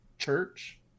Church